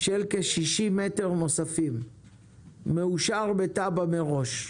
של כ-60 מטרים נוספים מאושר בתב"ע מראש.